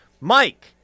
Mike